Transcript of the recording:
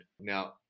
now